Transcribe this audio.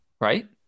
Right